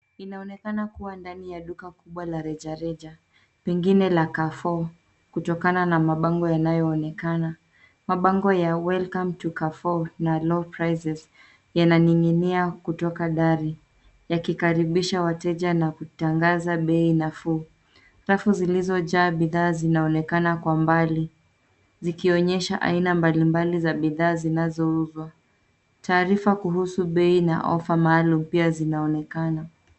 Inaonekana kuwa ndani ya duka kubwa la rejareja, pengine la Carrefour kutokana na mabango yanayoonekana. Mabango ya Welcome to Carrefour na Low Prices yananing'inia kutoka dari, yakikaribisha wateja na kutangaza bei nafuu. Safu zilizojaa bidhaa zinaonekana kwa mbali, zikionyesha aina mbalimbali za bidhaa zinazouzwa. Taarifa kuhusu bei na ofa maalum pia zinaonekana.